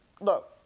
look